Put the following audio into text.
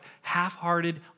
half-hearted